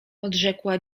odrzekła